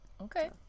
Okay